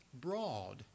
broad